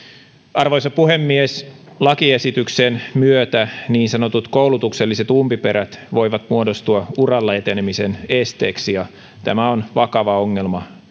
arvoisa puhemies lakiesityksen myötä niin sanotut koulutukselliset umpiperät voivat muodostua uralla etenemisen esteeksi ja tämä on vakava ongelma